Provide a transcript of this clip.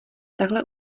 takhle